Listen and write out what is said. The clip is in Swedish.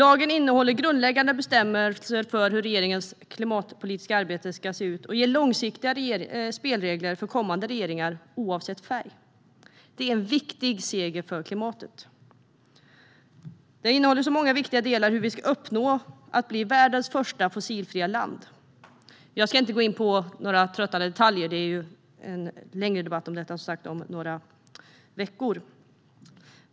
Lagen innehåller grundläggande bestämmelser för hur regeringens klimatpolitiska arbete ska se ut och ger långsiktiga spelregler för kommande regeringar, oavsett färg. Det är en viktig seger för klimatet. Propositionen innehåller många viktiga delar när det gäller hur vi ska bli världens första fossilfria land. Jag ska inte gå in på några tröttande detaljer; det blir ju som sagt en längre debatt om detta om några veckor.